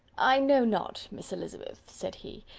i know not, miss elizabeth, said he,